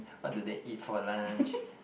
what do they eat for lunch